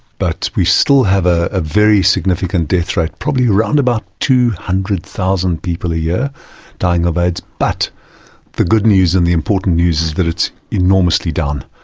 but we still have ah a very significant death rate, probably around about two hundred thousand people a year dying of aids. but the good news and the important news is that it's enormously down.